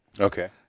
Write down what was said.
Okay